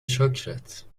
شکرت